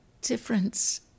difference